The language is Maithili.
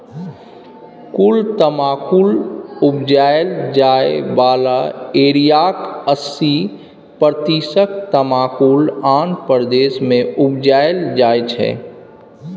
कुल तमाकुल उपजाएल जाइ बला एरियाक अस्सी प्रतिशत तमाकुल आंध्र प्रदेश मे उपजाएल जाइ छै